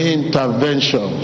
intervention